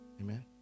Amen